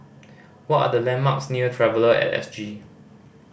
what are the landmarks near Traveller At S G